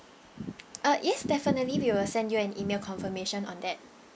uh yes definitely we will send you an email confirmation on that